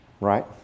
right